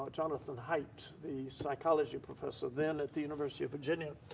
but jonathan height, the psychology professor then at the university of virginia,